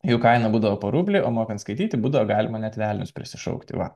jų kaina būdavo po rublį o mokant skaityti būdavo galima net velnius prisišaukti va